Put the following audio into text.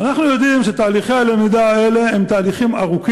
אנחנו יודעים שתהליכי הלמידה האלה הם ארוכים,